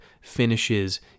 finishes